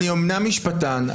אני אומנם משפטן,